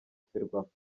ferwafa